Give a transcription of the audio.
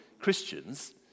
Christians